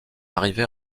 arrivée